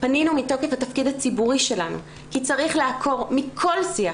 פנינו מתוקף התפקיד הציבורי שלנו כי כעיקרון צריך לעקור מכל שיח,